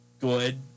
good